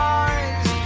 eyes